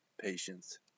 patience